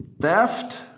Theft